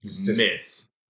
Miss